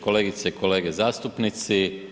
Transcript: Kolegice i kolege zastupnici.